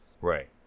Right